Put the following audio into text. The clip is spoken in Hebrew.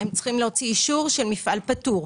צריכים להוציא אישור של מפעל פטור.